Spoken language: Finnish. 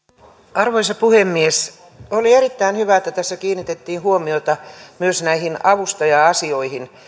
arvoisa puhemies oli erittäin hyvä että tässä kiinnitettiin huomiota myös näihin avustaja asioihin